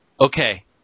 Okay